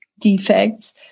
defects